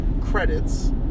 credits